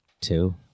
two